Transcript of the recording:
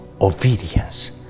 obedience